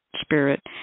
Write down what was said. spirit